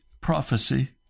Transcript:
prophecy